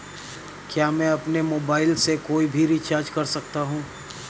क्या मैं अपने मोबाइल से कोई भी रिचार्ज कर सकता हूँ?